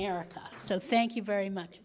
america so thank you very much